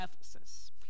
Ephesus